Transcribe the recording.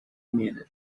minute